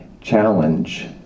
challenge